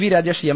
V Rajesh M